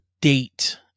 date